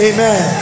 Amen